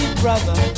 brother